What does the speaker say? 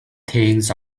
things